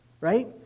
right